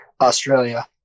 Australia